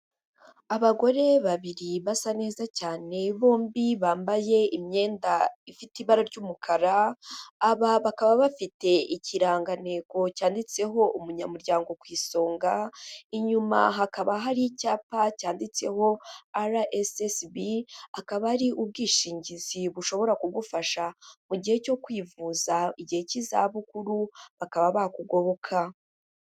Abagore babiri basa neza cyane, bombi bambaye imyenda ifite ibara ry'umukara, aba bakaba bafite ikirangantego cyanditseho "Umunyamuryango ku isonga", inyuma hakaba hari icyapa cyanditseho "RSSB", akaba ari ubwishingizi bushobora kugufasha mu gihe cyo kwivuza, igihe cy'izabukuru, bakaba bakugoboka.